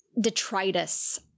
detritus